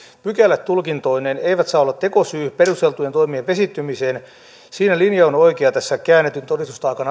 pykälät tulkintoineen eivät saa olla tekosyy perusteltujen toimien vesittymiseen siinä linja on oikea tässä käännetyn todistustaakan